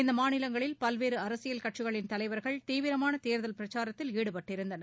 இந்த மாநிலங்களில் பல்வேறு அரசியல் கட்சிகளின் தலைவர்கள் தீவிரமான தேர்தல் பிரச்சாரத்தில் ஈடுபட்டு இருந்தனர்